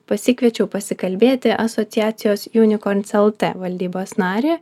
pasikviečiau pasikalbėti asociacijos unicorns lt valdybos narį